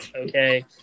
okay